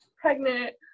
pregnant